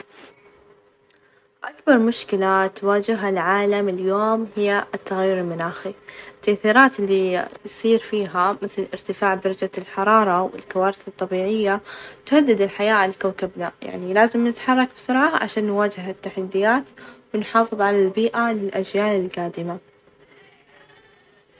أطرح عليه سؤالين، أول سؤال ما هي أكثر تجربة أثرت في حياتك؟ وما هي أهدافك ،وطموحاتك في المستقبل؟ هالأسئلة تعطي فكرة عن خلفيته، وقيمته ، تساعدني أفهم شخصيته بشكل أعمق.